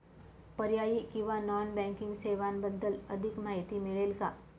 पर्यायी किंवा non banking सेवांबद्दल अधिक माहिती मिळेल का?